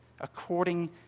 according